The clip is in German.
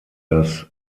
das